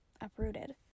uprooted